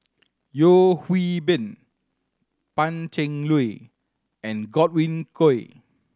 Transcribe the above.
Yeo Hwee Bin Pan Cheng Lui and Godwin Koay